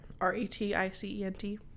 R-E-T-I-C-E-N-T